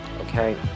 okay